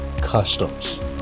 Customs